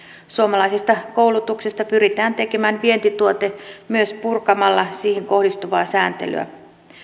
suomalaisesta koulutuksesta pyritään tekemään vientituote myös purkamalla siihen kohdistuvaa sääntelyä